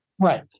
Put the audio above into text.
right